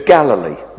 Galilee